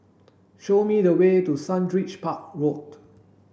show me the way to Sundridge Park Road